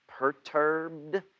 perturbed